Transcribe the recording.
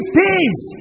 peace